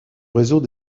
réseau